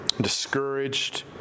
discouraged